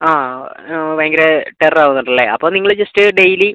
ആ ഭയങ്കര ടെറർ ആവുന്നുണ്ട് അല്ലേ അപ്പം നിങ്ങൾ ജസ്റ്റ് ഡെയിലി